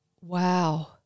wow